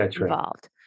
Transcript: involved